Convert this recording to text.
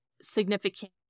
significant